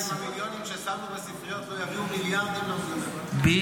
מי יודע אם המיליונים ששמנו בספריות לא יביאו מיליארדים --- בדיוק.